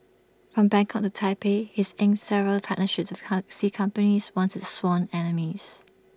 from Bangkok to Taipei he's inked several partnerships with taxi companies once its sworn enemies